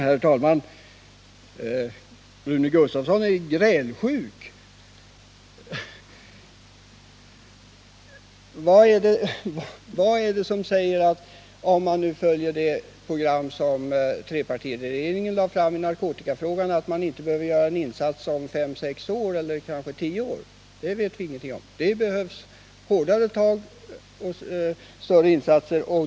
Herr talman! Rune Gustavsson är grälsjuk. Om man nu följer det program som trepartiregeringen lade fram i narkotikafrågan — vad är det som säger att man inte efter fem sex år behöver göra ytterligare insatser? Det vet vi ingenting om. Det behövs hårdare tag och större insatser.